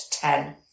ten